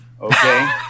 okay